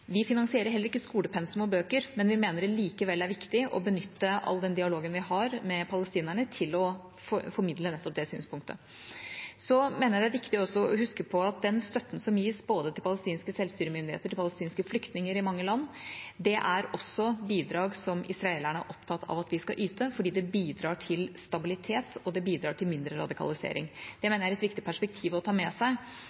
Vi finansierer heller ikke skolepensum og bøker, men vi mener det likevel er viktig å benytte all den dialogen vi har med palestinerne, til å formidle nettopp det synspunktet. Jeg mener det også er viktig å huske på at den støtten som gis, både til palestinske selvstyremyndigheter og til palestinske flyktninger i mange land, også er bidrag som israelerne er opptatt av at vi skal yte, fordi det bidrar til stabilitet, og det bidrar til mindre radikalisering. Jeg mener det